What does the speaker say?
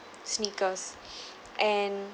sneakers and